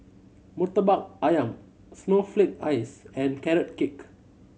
Murtabak Ayam snowflake ice and Carrot Cake